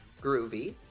Groovy